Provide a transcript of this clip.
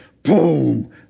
Boom